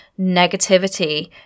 negativity